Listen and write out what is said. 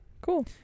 Cool